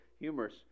humorous